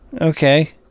Okay